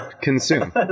Consume